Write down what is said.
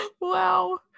Wow